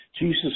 Jesus